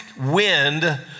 wind